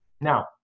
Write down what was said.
now